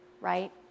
right